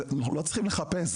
אנחנו לא צריכים לחפש,